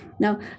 Now